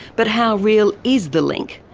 but how real is the link?